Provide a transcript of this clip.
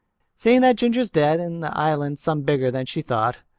seeing that ginger's dead and the island's some bigger than she thought.